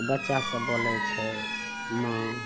बच्चा सब बोलय छै माँ